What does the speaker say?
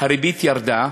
הריבית ירדה,